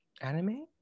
anime